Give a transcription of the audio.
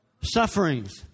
sufferings